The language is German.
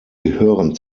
gehören